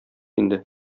инде